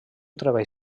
treball